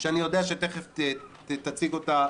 שאני יודע שתכף תציג אותה,